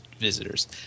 visitors